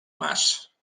mas